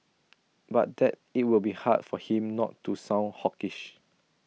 but that IT will be hard for him not to sound hawkish